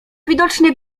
widocznie